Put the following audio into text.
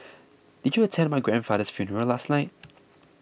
did you attend my grandfather's funeral last night